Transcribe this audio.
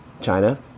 China